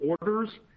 orders